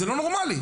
זה מצב לא נורמלי.